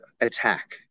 attack